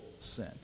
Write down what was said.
sin